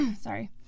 sorry